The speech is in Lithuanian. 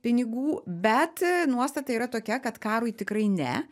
pinigų bet nuostata yra tokia kad karui tikrai ne